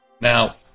Now